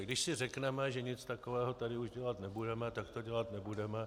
Když si řekneme, že nic takového tady už dělat nebudeme, tak to dělat nebudeme.